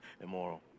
immoral